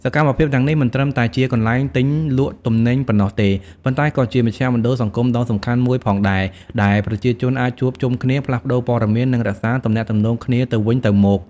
សកម្មភាពទាំងនេះមិនត្រឹមតែជាកន្លែងទិញលក់ទំនិញប៉ុណ្ណោះទេ ប៉ុន្តែក៏ជាមជ្ឈមណ្ឌលសង្គមដ៏សំខាន់មួយផងដែរ ដែលប្រជាជនអាចជួបជុំគ្នា ផ្លាស់ប្ដូរព័ត៌មាន និងរក្សាទំនាក់ទំនងគ្នាទៅវិញទៅមក។